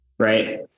right